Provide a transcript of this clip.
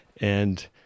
And-